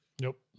Nope